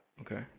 Okay